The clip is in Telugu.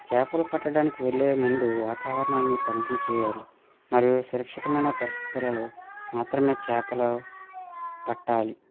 చేపలు పట్టడానికి వెళ్ళే ముందు వాతావరణాన్ని తనిఖీ చేయాలి మరియు సురక్షితమైన పరిస్థితులలో మాత్రమే చేపలు పట్టాలి